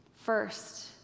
First